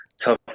tough